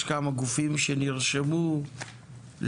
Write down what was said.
יש כמה גופים שנרשמו לדבר,